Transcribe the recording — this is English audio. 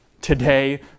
today